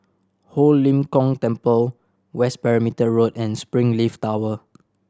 Ho Lim Kong Temple West Perimeter Road and Springleaf Tower